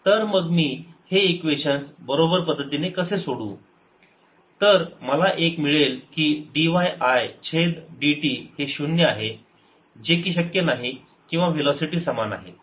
तर मग मी हे इक्वेशन्स बरोबर पद्धतीने कसे सोडवू एक तर मला मिळेल की dy I छेद dt हे शून्य आहे जे की शक्य नाही किंवा वेलोसिटी समान आहेत